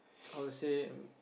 how to say